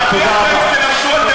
מי אתם שתדברו על דמוקרטיה?